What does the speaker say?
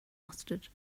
mustard